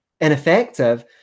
ineffective